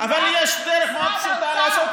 אבל יש דרך מאוד פשוטה,